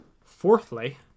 Fourthly